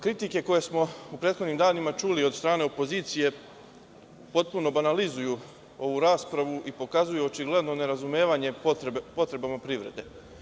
Kritike koje smo u prethodnim danima čuli od strane opozicije potpuno banalizuju ovu raspravu i pokazuju očigledno nerazumevanje potrebama privrede.